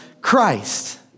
Christ